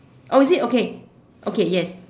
oh is it okay okay yes